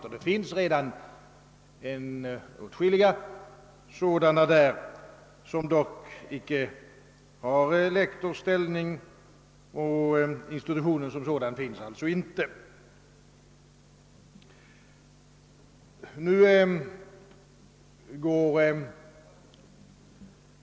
Vid folkhögskolorna finns redan åtskilliga lärare med den kompetensen, vilka dock inte har lektors ställning, eftersom institutionen ej finns vid denna skolform.